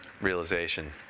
realization